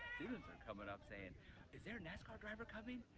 students are coming up saying is there a nascar driver coming?